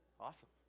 Awesome